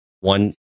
one